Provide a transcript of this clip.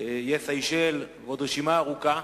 איי סיישל ועוד רשימה ארוכה,